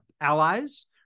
allies